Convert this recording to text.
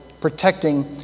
protecting